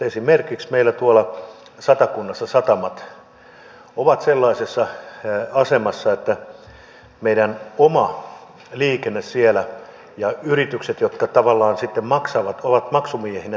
esimerkiksi meillä tuolla satakunnassa satamat ovat sellaisessa asemassa että meidän oma liikenteemme siellä ja yritykset tavallaan sitten ovat maksumiehinä näissä väylämaksuissa